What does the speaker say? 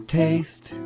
taste